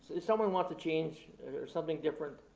if someone wants to change or something different,